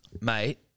mate